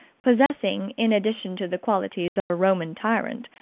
possessing, in addition to the qualities of a roman tyrant,